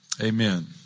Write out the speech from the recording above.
amen